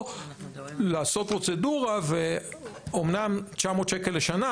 או לעשות פרוצדורה ואמנם 900 שקלים לשנה,